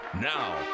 Now